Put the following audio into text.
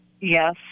Yes